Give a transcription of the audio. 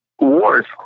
Wars